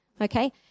okay